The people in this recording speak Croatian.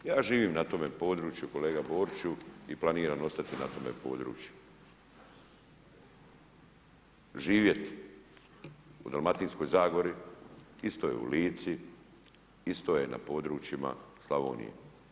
Ja živim na tome području kolega Boriću i planiram ostati na tome području, živjeti u Dalmatinskoj zagori, isto je u Lici, isto je na područjima Slavonije.